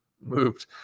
moved